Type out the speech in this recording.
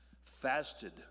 fasted